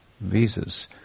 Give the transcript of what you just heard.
visas